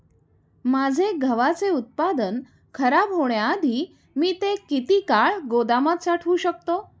माझे गव्हाचे उत्पादन खराब होण्याआधी मी ते किती काळ गोदामात साठवू शकतो?